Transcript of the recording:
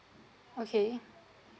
okay